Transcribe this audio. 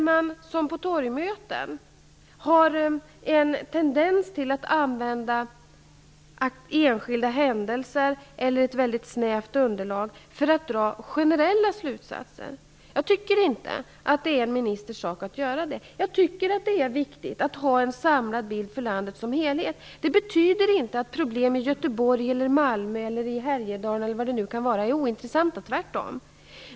Man har på torgmöten en tendens att använda enskilda händelser eller ett mycket snävt underlag för att dra generella slutsatser. Jag tycker inte att det är en ministers sak att göra det. Det är viktigt att ha en samlad bild för landet som helhet. Det betyder inte att problem i Göteborg, Malmö, Härjedalen eller vad det nu kan vara är ointressanta, tvärtom.